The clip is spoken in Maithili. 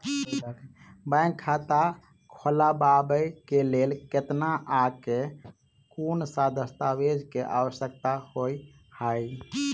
बैंक खाता खोलबाबै केँ लेल केतना आ केँ कुन सा दस्तावेज केँ आवश्यकता होइ है?